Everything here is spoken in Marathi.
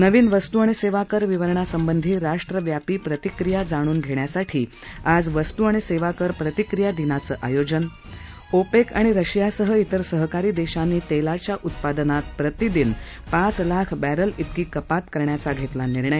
नवीन वस्तू आणि सेवाकर विवरणासंबंधी राष्ट्रव्यापी प्रतिक्रिया जाणून घेण्यासाठी आज वस्तू आणि सेवाकर प्रतिक्रिया दिनाचं आयोजन ओपेक आणि रशिया सह तिर सहकारी देशांनी तेलाच्या उत्पादनात प्रतिदिन पाच लाख बॅरल तिकी कपात करण्याचा घेतला निर्णय